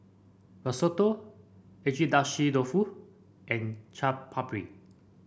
Risotto Agedashi Dofu and Chaat Papri